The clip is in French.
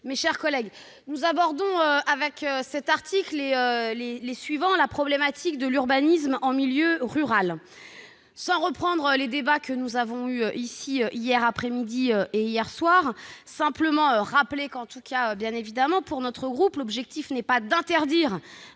mes chers collègues, nous abordons, avec cet article et les suivants, la problématique de l'urbanisme en milieu rural. Sans reprendre les débats que nous avons eus ici hier après-midi et hier soir, je veux simplement rappeler que, pour notre groupe, l'objectif n'est pas d'interdire